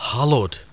Hallowed